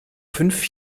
fünf